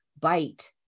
Bite